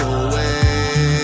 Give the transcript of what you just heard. away